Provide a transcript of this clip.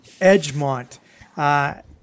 Edgemont